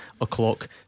o'clock